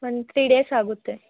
ಒಂದು three days ಆಗುತ್ತೆ